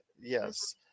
Yes